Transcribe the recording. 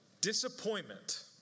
Disappointment